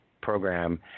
program